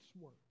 work